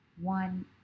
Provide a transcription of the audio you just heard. One